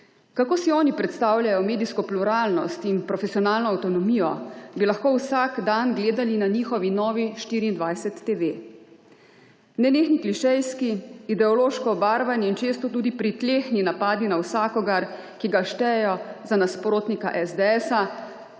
Kako si oni predstavljajo medijsko pluralnost in profesionalno avtonomijo, bi lahko vsak dan gledali na njihovi novi 24TV. Nenehni klišejski, ideološko obarvani in često tudi pritlehni napadi na vsakogar, ki ga štejejo za nasprotnika SDS,